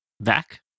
back